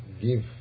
give